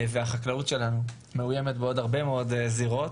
והחקלאות שלנו מאוימת בעוד הרבה מאוד זירות,